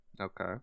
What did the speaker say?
Okay